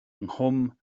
nghwm